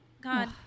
God